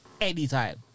anytime